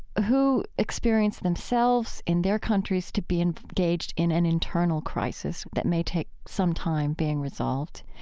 who experience themselves in their countries to be engaged in an internal crisis that may take some time being resolved.